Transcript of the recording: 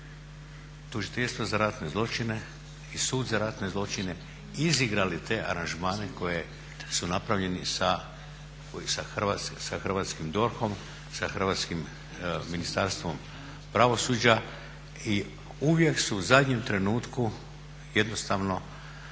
tužiteljstva za ratne zločine i sud za ratne zločine izigrali te aranžmane koji su napravljeni sa hrvatskim DORH-om, sa hrvatskim Ministarstvom pravosuđa i uvijek su u zadnjem trenutku jednostavno